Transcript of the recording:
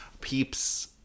Peeps